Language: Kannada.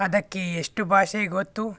ಅದಕ್ಕೆ ಎಷ್ಟು ಭಾಷೆ ಗೊತ್ತು